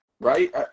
right